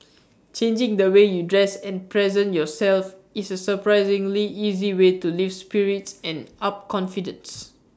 changing the way you dress and present yourself is A surprisingly easy way to lift spirits and up confidence